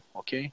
ok